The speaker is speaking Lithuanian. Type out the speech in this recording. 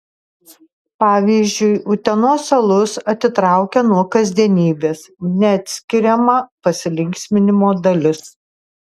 pavyzdžiui utenos alus atitraukia nuo kasdienybės neatskiriama pasilinksminimo dalis